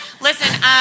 Listen